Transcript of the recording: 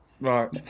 Right